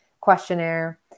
questionnaire